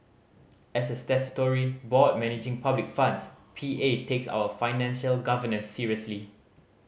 as a statutory board managing public funds P A takes our financial governance seriously